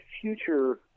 future